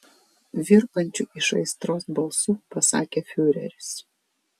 virpančiu iš aistros balsu pasakė fiureris